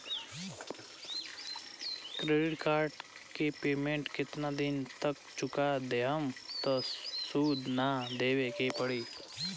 Credit card के payment केतना दिन तक चुका देहम त सूद ना देवे के पड़ी?